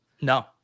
No